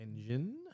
engine